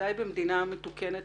בוודאי במדינה מתוקנת